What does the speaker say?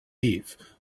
eve